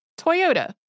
Toyota